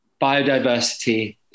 biodiversity